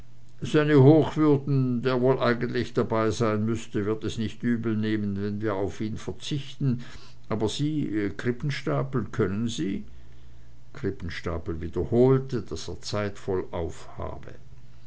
seine hochwürden der wohl eigentlich dabeisein müßte wird es nicht übelnehmen wenn wir auf ihn verzichten aber sie krippenstapel können sie krippenstapel wiederholte daß er zeit vollauf habe